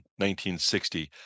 1960